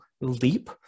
leap